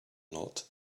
not